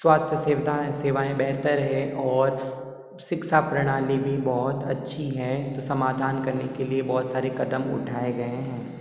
स्वस्थ सुविधाएं सेवाएं बेहतर है और शिक्षा प्रणाली भी बहुत अच्छी है तो समाधान करने के लिए बहुत सारे कदम उठाए गयें हैं